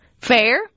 Fair